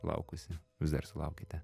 laukusi vis dar sulaukiate